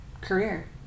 career